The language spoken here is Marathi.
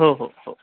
हो हो हो